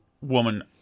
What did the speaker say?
woman